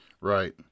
right